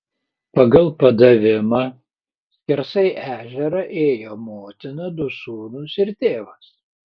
pagal padavimą skersai ežerą ėjo motina du sūnūs ir tėvas